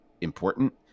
important